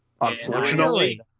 Unfortunately